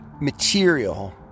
material